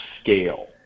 scale